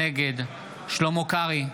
נגד שלמה קרעי,